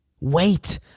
wait